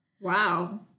Wow